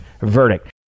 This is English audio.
verdict